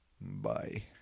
bye